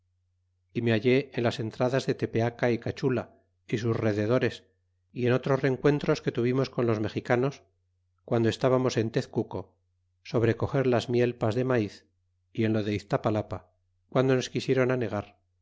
y me hallé en las entradas de tepeara y cachula y sus rededores y en otros rencuentros que tuvimos con los mexicanos guando estábamos en tezcuco sobre coger las mielpas de maiz y en lo de iztapalapa guando nos quisieron agar